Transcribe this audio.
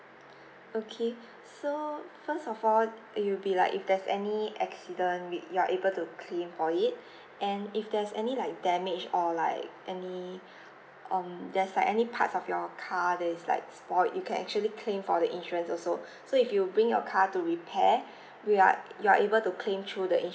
okay so first of all it'll be like if there's any accident with you're able to claim for it and if there's any like damage or like any um there's like any parts of your car that is like spoilt you can actually claim for the insurance also so if you bring your car to repair we are you are able to claim through the